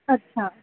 अच्छा